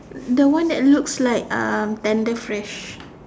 the one that looks like um tender fresh